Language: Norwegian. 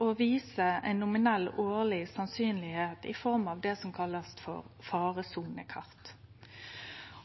og viser eit nominelt årleg sannsyn, i form av det som blir kalla faresonekart.